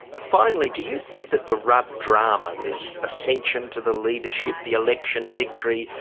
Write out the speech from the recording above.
finally, do you think that the rudd drama, this ascension to the leadership, the election victory,